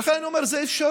ולכן אני אומר: זה אפשרי.